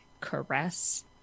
caress